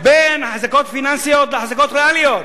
בין אחזקות פיננסיות לאחזקות ריאליות,